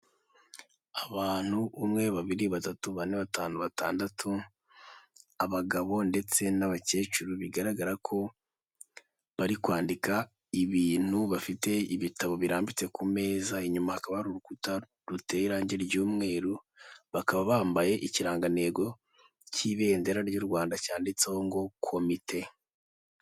Abantu umwe, babiri, batatu, bane, batanu, batandatu, abagabo ndetse n'abakecuru bigaragara ko bari kwandika ibintu bafite ibitabo birambitse ku meza inyuma hakaba urukuta ruteye irangi ry'umweru bakaba bambaye ikirangantego cy'ibendera ry'u Rwanda cyanditseho ngo komite.